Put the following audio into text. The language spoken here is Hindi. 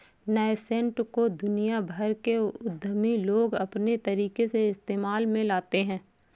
नैसैंट को दुनिया भर के उद्यमी लोग अपने तरीके से इस्तेमाल में लाते हैं